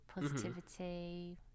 positivity